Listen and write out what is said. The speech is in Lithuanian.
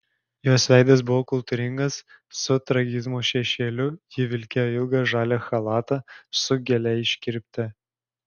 jos veidas buvo kultūringas su tragizmo šešėliu ji vilkėjo ilgą žalią chalatą su gilia iškirpte